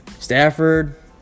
Stafford